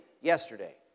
yesterday